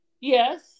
Yes